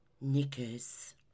knickers